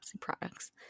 products